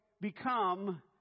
become